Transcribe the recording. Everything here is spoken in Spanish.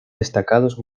destacados